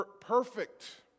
perfect